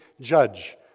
judge